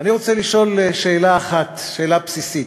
אני רוצה לשאול שאלה אחת, שאלה בסיסית: